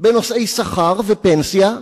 בנושאי שכר ופנסיה,